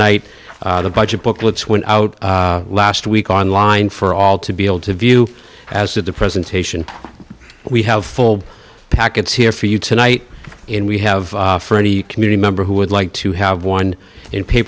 night the budget booklets went out last week online for all to be able to view as of the presentation we have full packets here for you tonight and we have for any community member who would like to have one in pa